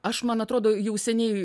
aš man atrodo jau seniai